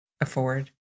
afford